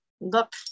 look